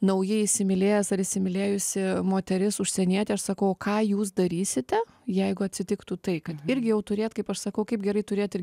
naujai įsimylėjęs ar įsimylėjusi moteris užsienietė aš sakau o ką jūs darysite jeigu atsitiktų taip kad irgi jau turėt kaip aš sakau kaip gerai turėt